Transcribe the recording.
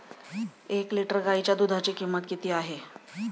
एक लिटर गाईच्या दुधाची किंमत किती आहे?